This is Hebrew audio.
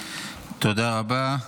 תודה רבה.